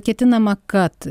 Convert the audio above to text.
ketinama kad